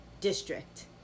district